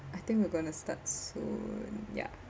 I think we're going to start soon yeah